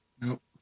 Nope